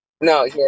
No